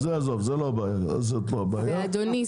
אדוני,